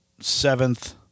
seventh